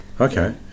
Okay